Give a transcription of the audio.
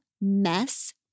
Mess